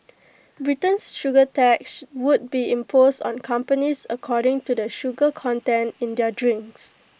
Britain's sugar tax would be imposed on companies according to the sugar content in their drinks